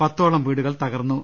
പത്തോളം വീടുകൾ തകർന്നു